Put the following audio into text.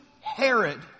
Herod